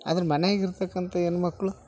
ಆದ್ರೆ ಮನೆಯಾಗ ಇರತಕ್ಕಂಥ ಹೆಣ್ಮಕ್ಳು